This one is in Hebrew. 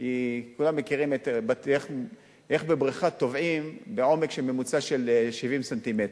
כי כולם מכירים איך טובעים בבריכה בעומק ממוצע של 70 ס"מ,